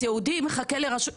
הסיעודי מחכה לרשות האוכלוסין?